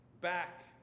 back